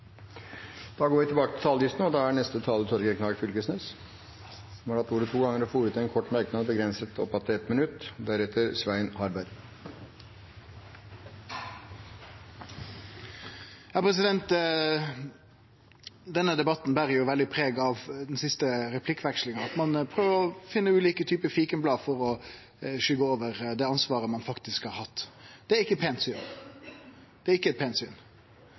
da statsbudsjettet ble behandlet i Stortinget. Man kan i hvert fall ikke skylde på regjeringen i de siste månedene ut ifra hva man har visst eller ikke visst. Vi går tilbake til talerlisten. Representanten Torgeir Knag Fylkesnes har hatt ordet to ganger tidligere og får ordet til en kort merknad, begrenset til 1 minutt. Denne debatten ber preg av den siste replikkvekslinga: Ein prøver å finne ulike typar fikenblad for å dekke over det ansvaret ein faktisk har hatt. Det er